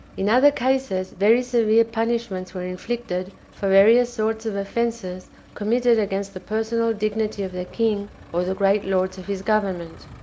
in other cases very severe punishments were inflicted for various sorts of offenses committed against the personal dignity of the king, or the great lords of his government.